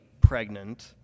pregnant